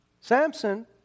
Samson